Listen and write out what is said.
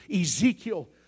Ezekiel